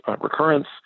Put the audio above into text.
recurrence